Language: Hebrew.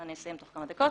אני אסיים תוך כמה דקות.